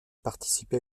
participer